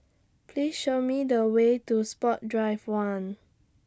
Please Show Me The Way to Sports Drive one